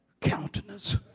countenance